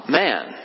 man